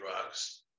drugs